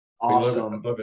awesome